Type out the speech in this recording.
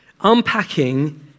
unpacking